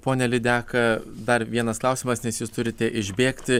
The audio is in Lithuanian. pone lydeka dar vienas klausimas nes jūs turite išbėgti